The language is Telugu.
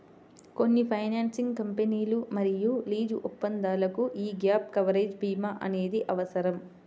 కొన్ని ఫైనాన్సింగ్ కంపెనీలు మరియు లీజు ఒప్పందాలకు యీ గ్యాప్ కవరేజ్ భీమా అనేది అవసరం